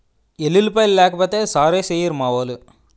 ఎల్లుల్లిపాయలు లేకపోతే సారేసెయ్యిరు మావోలు